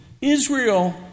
Israel